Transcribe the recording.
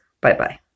Bye-bye